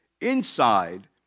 inside